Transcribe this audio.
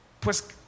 Pues